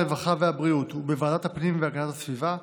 הרווחה והבריאות ובוועדת הפנים והגנת הסביבה,